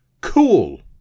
Cool